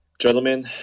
Gentlemen